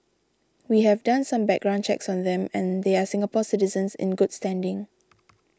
we have done some background checks on them and they are Singapore citizens in good standing